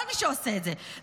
כל מי שעושה את זה,